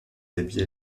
habits